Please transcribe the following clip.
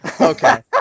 Okay